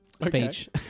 speech